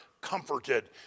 comforted